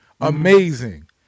amazing